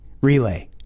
relay